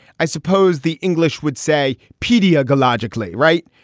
i suppose the english would say p d a go logically, right?